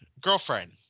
girlfriend